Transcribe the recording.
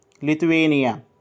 Lithuania